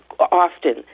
often